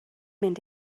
mynd